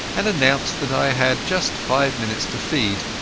and announced that i had just five minutes to feed.